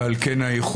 ועל כן האיחור.